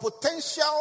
potential